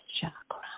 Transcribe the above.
chakra